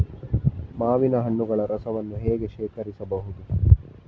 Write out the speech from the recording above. ಮಾವಿನ ಹಣ್ಣುಗಳ ರಸವನ್ನು ಹೇಗೆ ಶೇಖರಿಸಬಹುದು?